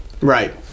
Right